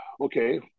okay